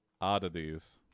oddities